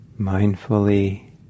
Mindfully